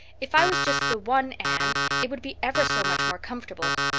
if i was just the one anne it would be ever so much more comfortable,